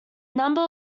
number